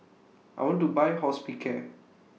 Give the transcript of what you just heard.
I want to Buy Hospicare